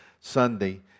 Sunday